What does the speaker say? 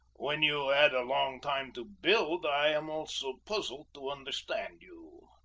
when you add a long time to build, i am also puzzled to understand you.